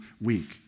week